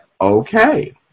okay